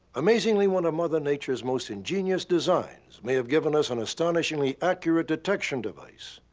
amazingly, one of mother nature's most ingenious designs may have given us an astonishingly accurate detection device.